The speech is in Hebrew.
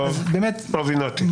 הבינותי.